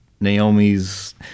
Naomi's